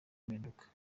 impinduka